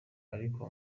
ariko